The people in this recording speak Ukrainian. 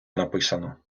написано